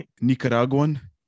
Nicaraguan